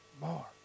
more